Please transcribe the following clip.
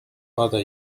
bother